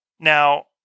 Now